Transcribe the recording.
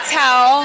tell